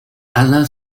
alain